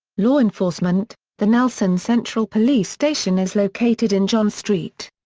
law enforcement the nelson central police station is located in john street.